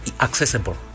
accessible